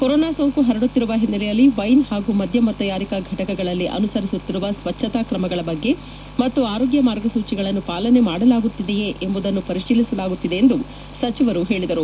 corona ಸೋಂಕು ಪರಡುತ್ತಿರುವ ಹಿನ್ನೆಲೆಯಲ್ಲಿ ವೈನ್ ಹಾಗೂ ಮಧ್ಯ ತಯಾರಿಕಾ ಘಟಕಗಳಲ್ಲಿ ಅನುಸರಿಸುತ್ತಿರುವ ಸ್ಪಚ್ಛತಾ ಕ್ರಮಗಳ ಬಗ್ಗೆ ಮತ್ತು ಆರೋಗ್ಯ ಮಾರ್ಗಸೂಚಿಗಳನ್ನು ಪಾಲನೆ ಮಾಡಲಾಗುತ್ತಿದೆಯೇ ಎಂಬುದನ್ನು ಪರಿಶೀಲಿಸಲಾಗುತ್ತಿದೆ ಎಂದು ಸಚಿವರು ಹೇಳಿದರು